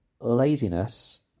laziness